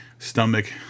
Stomach